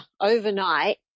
Overnight